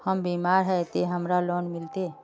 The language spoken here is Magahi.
हम बीमार है ते हमरा लोन मिलते?